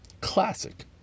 Classic